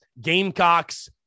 gamecocks